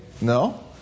No